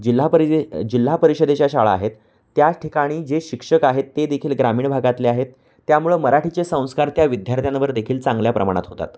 जिल्हा परिदे जिल्हा परिषदेच्या शाळा आहेत त्या ठिकाणी जे शिक्षक आहेत ते देखील ग्रामीण भागातले आहेत त्यामुळं मराठीचे संस्कार त्या विद्यार्थ्यांवर देखील चांगल्या प्रमाणात होतात